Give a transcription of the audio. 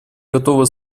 готова